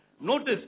Notice